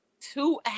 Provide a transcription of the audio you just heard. Two